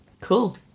Cool